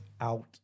out